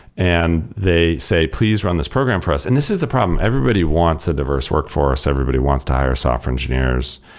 and they say, please run this program for us. and this is a problem. everybody wants a diverse workforce. everybody wants to hire software engineers,